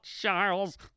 Charles